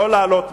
לא להעלות מסים.